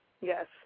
Yes